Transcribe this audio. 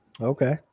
okay